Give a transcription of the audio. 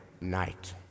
night